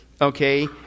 okay